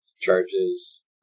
charges